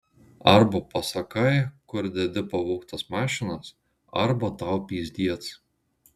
arba pasakai kur dedi pavogtas mašinas arba tau pizdiec